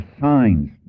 signs